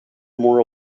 more